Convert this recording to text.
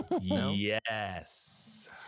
Yes